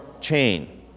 chain